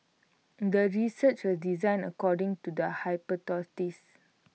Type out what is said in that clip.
the research was designed according to the hypothesis